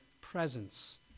presence